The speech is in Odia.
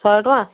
ଶହେ ଟଙ୍କା